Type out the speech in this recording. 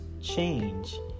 change